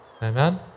Amen